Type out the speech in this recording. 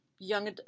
Young